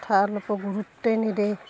কথা অলপো গুৰুত্বই নেদেয়